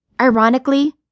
Ironically